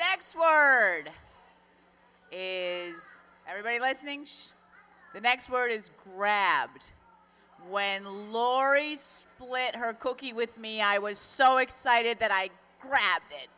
next word is everybody listening the next word is grabs when laurie's away at her cookie with me i was so excited that i grabbed it